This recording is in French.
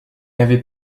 avait